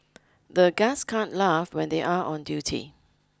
the guards can't laugh when they are on duty